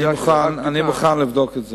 אני מוכן לבדוק את זה.